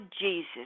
Jesus